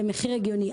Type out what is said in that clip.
למחיר הגיוני.